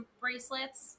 bracelets